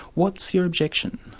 what's your objection?